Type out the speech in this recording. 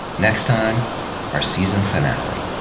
next time our season finale.